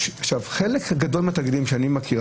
חלק גדול מהתאגידים שאני מכיר,